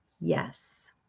Yes